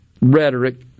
rhetoric